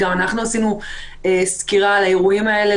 גם אנחנו עשינו סקירה על האירועים האלה,